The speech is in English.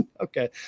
Okay